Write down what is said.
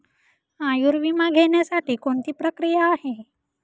आयुर्विमा घेण्यासाठी कोणती प्रक्रिया आहे?